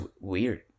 weird